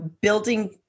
building